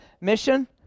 Mission